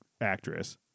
actress